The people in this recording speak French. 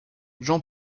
jean